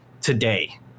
today